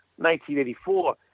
1984